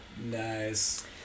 Nice